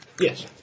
Yes